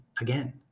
Again